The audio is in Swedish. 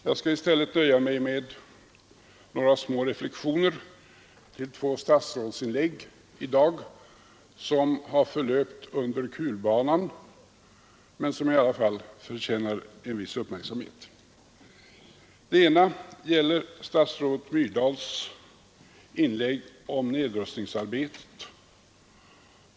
Jag skall i stället nöja mig med några små reflexioner i anledning av två statsrådsinlägg i dag som förlöpt under kulbanan men som i alla fall förtjänar en viss uppmärksamhet. Den ena reflexionen gäller statsrådet Myrdals inlägg om nedrustningsarbetet.